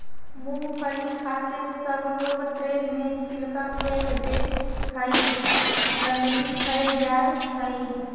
मूँगफली खाके सबलोग ट्रेन में छिलका फेक दे हई, गंदगी फैल जा हई